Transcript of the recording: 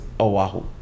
oahu